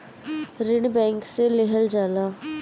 ऋण बैंक से लेहल जाला